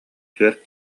түөрт